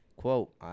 Quote